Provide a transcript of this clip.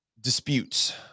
disputes